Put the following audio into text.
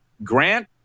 Grant